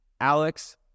Alex